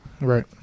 Right